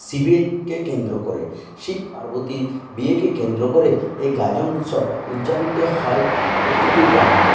শিবের কে কেন্দ্র করে শিব পার্বতীর বিয়েকে কেন্দ্র করে এ গাজন উৎসব উদযাপিত হয় প্রতিটি গ্রামে